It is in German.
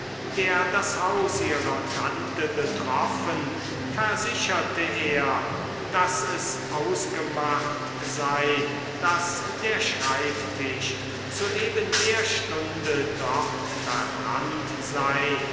der das haus ihrer tante betroffen versicherte er daß es ausgemacht sei daß der schreibtisch zu eben der stunde dort verbrannt sei